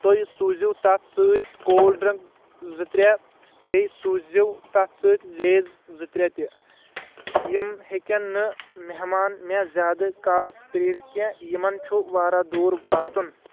تُہۍ سوزِو تَتھ سۭتۍ کولڈٕ ڈرنک زٕ ترٛےٚ بیٚیہِ سوٗزِو تَتھ سۭتۍ لیز زٕ ترٛےٚ تہِ یِم ہیٚکن نہٕ مہمان مےٚ زیٛادٕ کالس پرأرِتھ کیٚنٛہہ یِمن چُھ واریاہ دوٗر واتُن